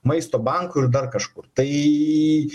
maisto bankui ir dar kažkur tai